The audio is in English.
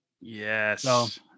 Yes